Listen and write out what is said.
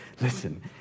listen